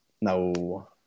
No